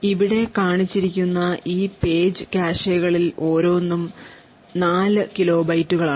ഇവിടെ കാണിച്ചിരിക്കുന്ന ഈ പേജ് കാഷെകളിൽ ഓരോന്നും 4 കിലോ ബൈറ്റുകളാണ്